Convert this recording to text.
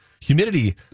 Humidity